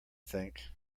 think